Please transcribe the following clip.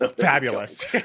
Fabulous